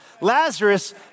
Lazarus